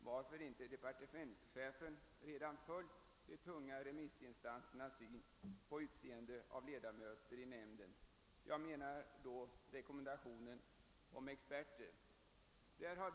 Varför har inte departementschefen följt de tunga remissinstansernas syn på utseendet av 1ledamöter i nämnden, d.v.s. tagit bort rekommendationen om experter?